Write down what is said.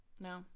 No